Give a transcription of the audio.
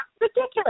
ridiculous